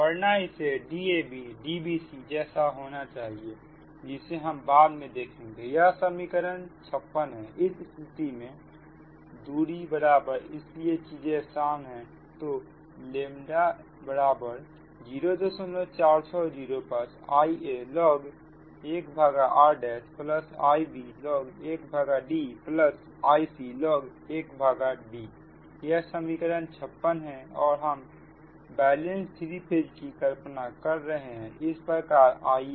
वरना इसे DabDbcजैसा होना चाहिए जिसे हम बाद में देखेंगे यह समीकरण 56 है इस स्थिति में दूरी बराबर इसलिए चीजें आसान है तो बराबर 04605 Ialog 1rIblog1DIclog 1Dयह समीकरण 56 है और हम बैलेंस 3 फेज की कल्पना कर रहे हैं इस प्रकार IaIbIc0